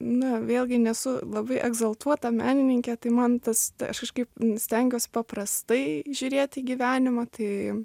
na vėlgi nesu labai egzaltuota menininkė tai man tas aš kažkaip stengiuos paprastai žiūrėti į gyvenimą tai